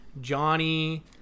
Johnny